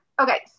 okay